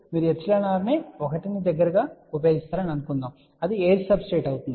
మీరు εr ను 1 కి దగ్గరగా ఉపయోగిస్తారని అనుకుందాం అది ఎయిర్ సబ్స్ట్రెట్ లాగా ఉంటుంది